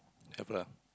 have lah